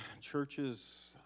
Churches